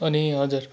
अनि हजुर